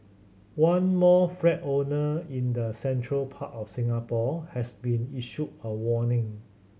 one more flat owner in the central part of Singapore has been issued a warning